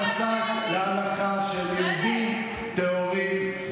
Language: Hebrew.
והעז ופסק להלכה שהם יהודים טהורים,